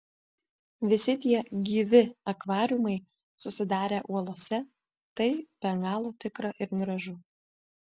visi tie gyvi akvariumai susidarę uolose tai be galo tikra ir gražu